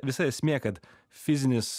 visa esmė kad fizinis